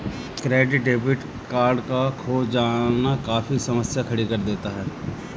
credit debit card का खो जाना काफी समस्या खड़ी कर देता है